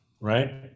right